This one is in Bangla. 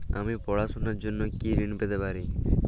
আমি পড়াশুনার জন্য কি ঋন পেতে পারি?